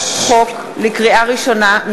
לקריאה ראשונה,